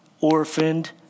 orphaned